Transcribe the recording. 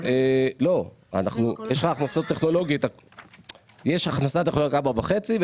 לא יש הכנסה טכנולוגית 4.5 מיליון,